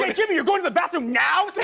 like jimmy, you're going to the bathroom now?